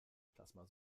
plasma